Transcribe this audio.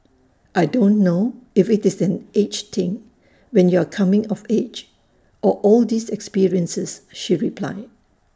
I don't know if IT is an age thing when you're coming of age or all these experiences she replied